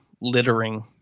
littering